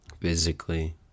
Physically